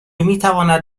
میتواند